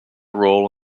role